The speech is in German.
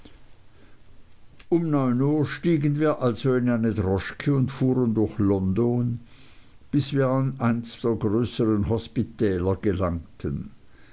um neun uhr stiegen wir also in eine droschke und fuhren durch london bis wir an eins der größeren hospitäler gelangten